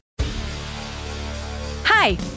Hi